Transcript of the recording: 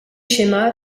schéma